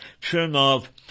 Chernov